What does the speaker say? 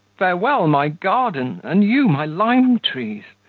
farewell, my garden! and you, my lime-trees!